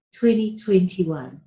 2021